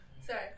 Sorry